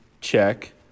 Check